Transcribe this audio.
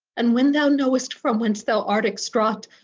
and when thou knowest from whence thou art extraught,